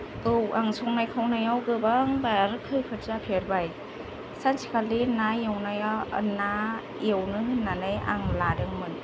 औ आं संनाय खावनायाव गोबांबार खैफोद जाफेरबाय सानसेखालि ना एवनाया ना एवनो होननानै आं लादोंमोन